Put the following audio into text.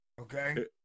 okay